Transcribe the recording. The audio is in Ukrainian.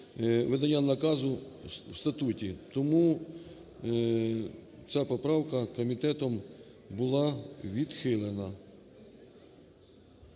видання наказу у статуті. Тому ця поправка комітетом була відхилена.